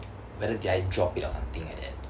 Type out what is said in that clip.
whether did I drop it or something like that